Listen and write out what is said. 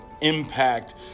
impact